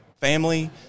family